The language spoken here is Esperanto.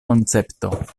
koncepto